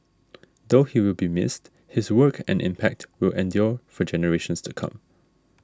though he will be missed his work and impact will endure for generations to come